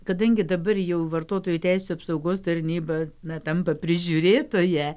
kadangi dabar jau vartotojų teisių apsaugos tarnyba na tampa prižiūrėtoja